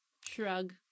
Shrug